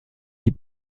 die